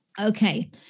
okay